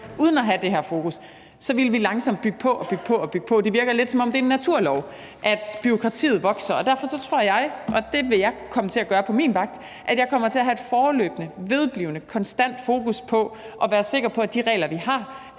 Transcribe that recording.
uden at have det her fokus, ville vi langsomt bygge på og bygge på. Det virker lidt, som om det er en naturlov, at bureaukratiet vokser. Derfor tror jeg – og det vil jeg komme til at gøre på min vagt – at jeg kommer til at have et fortløbende, vedblivende, konstant fokus på at være sikker på, at de regler, vi har,